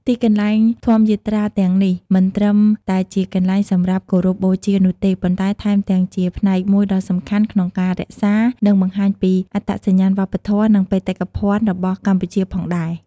ទីកន្លែងធម្មយាត្រាទាំងនេះ មិនត្រឹមតែជាកន្លែងសម្រាប់គោរពបូជានោះទេ ប៉ុន្តែថែមទាំងជាផ្នែកមួយដ៏សំខាន់ក្នុងការរក្សា និងបង្ហាញពីអត្តសញ្ញាណវប្បធម៌ និងបេតិកភណ្ឌរបស់កម្ពុជាផងដែរ។